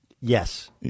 Yes